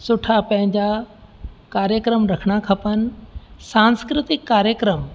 सुठा पंहिंजा कार्यक्रम रखिणा खपनि सांस्कृतिक कार्यक्रम